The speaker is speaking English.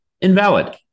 Invalid